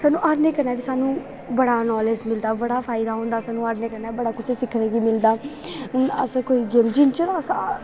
सानूं हारने कन्नै बी सानूं बड़ा नालेज मिलदा बड़ा फैदा होंदा सानूं हारने कन्नै बड़ा किश सिक्खने गी मिलदा हून अस कोई गेम जिन्ना चिर